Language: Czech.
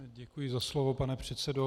Děkuji za slovo, pane předsedo.